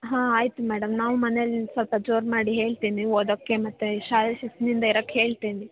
ಹಾಂ ಆಯ್ತು ಮೇಡಮ್ ನಾವು ಮನೆಲ್ಲಿ ಸ್ವಲ್ಪ ಜೋರು ಮಾಡಿ ಹೇಳ್ತೀನಿ ಓದೋಕ್ಕೆ ಮತ್ತೆ ಶಾಲೆಲ್ಲಿ ಶಿಸ್ತಿನಿಂದ ಇರಕ್ಕೆ ಹೇಳ್ತೀನಿ